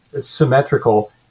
symmetrical